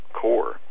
core